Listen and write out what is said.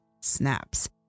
snaps